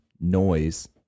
noise